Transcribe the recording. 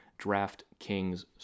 DraftKings